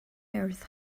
earth